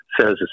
says